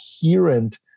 coherent